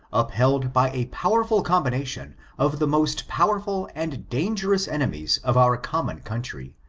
upheld by a powerful combination of the most powerful and dangerous enemies of our common country,